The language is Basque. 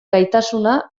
gaitasuna